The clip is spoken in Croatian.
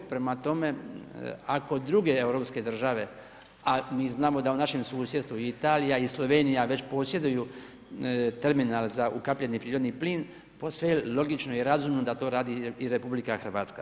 Prema tome, ako druge europske države, a mi znamo da u našem susjedstvu Italija i Slovenija već posjeduju terminal za ukapljeni prirodni plin, posve je logično i razumno da to radi i RH.